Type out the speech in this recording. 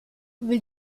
will